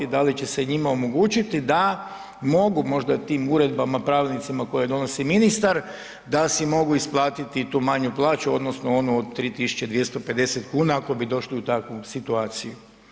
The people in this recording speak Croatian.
Da li će se njima omogućiti da mogu možda tim uredbama, pravilnicima koje donosi ministar da si mogu isplatiti tu manju plaću odnosno onu od 3.250 kuna ako bi došli u takvu situaciju?